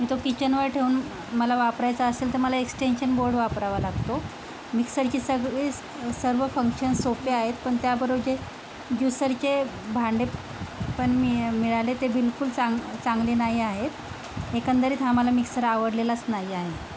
तो किचनवर ठेवून मला वापरायचा असेल तर मला एक्स्टेंशन बोर्ड वापरावा लागतो मिक्सरची सग्वीस सर्व फंक्शन सोपे आहेत पण त्याबरोबर जे ज्यूसरचे भांडे पण मिय मिळाले ते बिलकुल चांग चांगले नाही आहेत एकंदरीत हा मला मिक्सर आवडलेलास नाही आहे